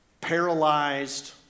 paralyzed